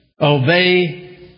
Obey